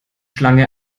schlange